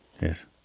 Yes